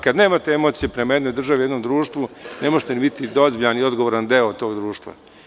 Kada nemate emocije prema jednoj državi i jednom društvu ne možete ni biti ozbiljan i odgovoran deo tog društva.